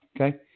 Okay